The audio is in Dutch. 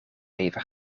even